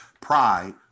pride